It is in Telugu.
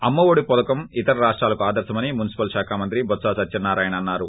అమ్మ ఒడి పథకం ఇతర రాష్షాలకు ఆదర్రమని మున్సిపల్ శాఖ మంత్రి బొత్స సత్వనారాయణ అన్నారు